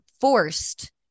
forced